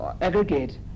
aggregate